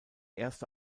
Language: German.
erste